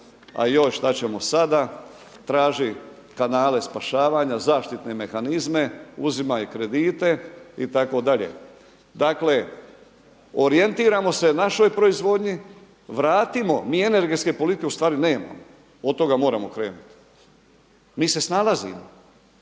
a joj šta ćemo sada. Traži kanale spašavanja, zaštitne mehanizme, uzimaj kredite itd. Dakle, orijentirajmo se našoj proizvodnji, vratimo, mi energetske politike u stvari nemamo, od toga moramo krenuti. Mi se snalazimo.